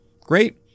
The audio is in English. Great